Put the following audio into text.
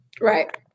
right